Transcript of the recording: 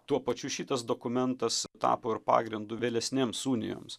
tuo pačiu šitas dokumentas tapo ir pagrindu vėlesnėms unijoms